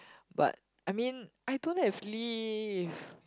but I mean I don't have leave